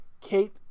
Kate